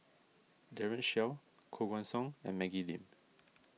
Daren Shiau Koh Guan Song and Maggie Lim